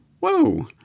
Whoa